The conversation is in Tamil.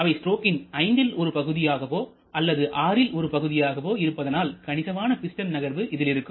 இவை ஸ்ட்ரோக்கின் ஐந்தில் ஒரு பகுதியாகவோ அல்லது ஆறில் ஒரு பகுதியாகவோ இருப்பதனால் கணிசமான பிஸ்டன் நகர்வு இதில் இருக்கும்